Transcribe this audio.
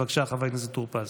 בבקשה, חבר הכנסת טור פז.